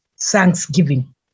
thanksgiving